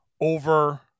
over